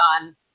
on